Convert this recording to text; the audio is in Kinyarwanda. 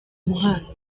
muhanda